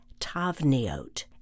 tavniot